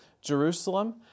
Jerusalem